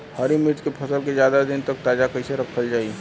हरि मिर्च के फसल के ज्यादा दिन तक ताजा कइसे रखल जाई?